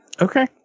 Okay